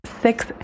six